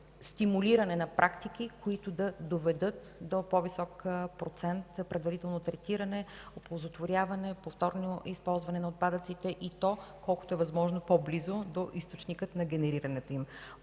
стимулиране на практики, които да доведат до по-висок процент предварително третиране, оползотворяване, повторно използване на отпадъците и то колкото е възможно по-близо до източника на генерирането им.